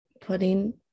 putting